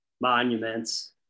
monuments